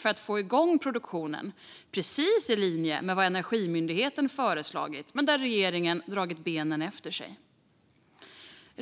för att få igång produktionen. Det är precis i linje med vad Energimyndigheten har föreslagit, men där har regeringen dragit benen efter sig.